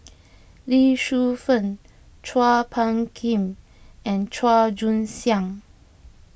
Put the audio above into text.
Lee Shu Fen Chua Phung Kim and Chua Joon Siang